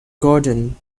gordon